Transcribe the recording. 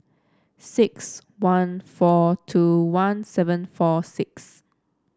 six one four two one seven four six